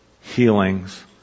healings